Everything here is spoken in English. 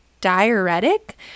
diuretic